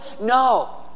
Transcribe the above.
No